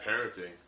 parenting